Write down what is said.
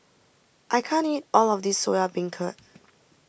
I can't eat all of this Soya Beancurd